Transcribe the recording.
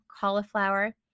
cauliflower